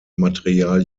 material